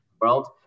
world